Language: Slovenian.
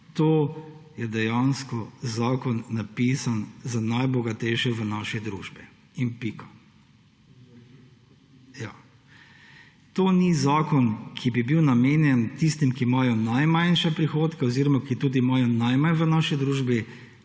je to dejansko zakon, napisan za najbogatejše v naši družbi, in pika. Ja. To ni zakon, ki bi bil namenjen tistim, ki imajo najmanjše prihodke oziroma imajo najmanj v naši družbi,